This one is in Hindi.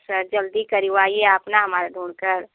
सर जल्दी करवाइए आप ना हमारा ढूंढ कर